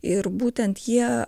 ir būtent jie